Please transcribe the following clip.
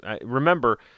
Remember